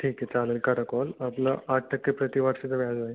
ठीकं आहे चालेल करा कॉल आपलं आठ टक्के प्रतिवर्षाचं व्याज राहील